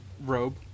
robe